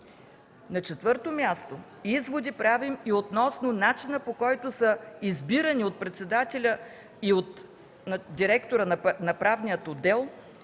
На четвърто място, правим изводи и относно начина, по който са избирани от председателя и от директора на Правния отдел